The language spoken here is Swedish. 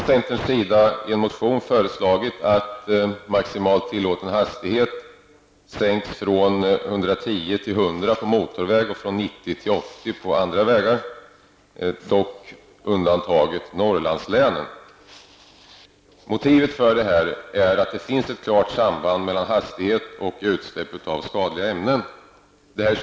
Centerpartiet har i en motion föreslagit att maximal tillåten hastighet sänks från 110 km/tim till Norrlandslänen. Motivet för detta är att det finns ett klart samband mellan hastighet och utsläpp av skadliga ämnen.